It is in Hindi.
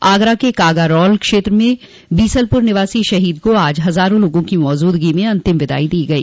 आगरा के कागारौल क्षेत्र में बीसलपुर निवासी शहीद को आज हजारों लोगों की मौजूदगी में अंतिम विदाई दी गई